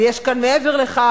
ויש כאן מעבר לכך.